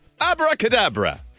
Abracadabra